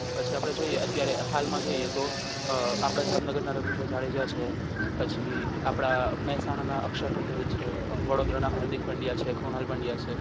પછી આપણે જોઈએ અત્યારે હાલમાં જોઈએ તો આપળા જામનગરના રવીન્દ્ર જાડેજા છે પછી આપણા મહેસાણાના અક્ષર પટેલ છે વડોદરાના હાર્દિક પંડ્યા છે કૃણાલ પંડ્યા છે